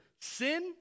sin